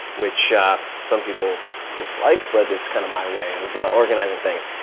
which some people dislike, but it's kind of my way of organizing things.